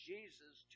Jesus